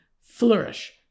flourish